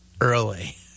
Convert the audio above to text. early